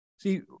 See